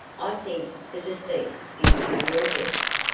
i think the deceased did pay your debts?